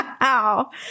Wow